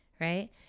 Right